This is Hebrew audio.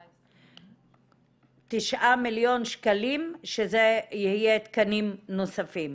9 מיליון שקלים שזה יהיה תקנים נוספים.